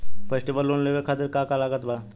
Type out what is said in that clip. Festival loan लेवे खातिर का का लागत बा?